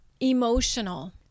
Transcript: emotional